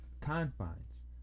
confines